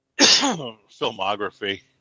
filmography